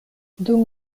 dum